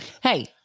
Hey